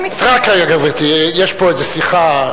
רק רגע, גברתי, יש פה איזו שיחה.